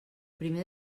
primer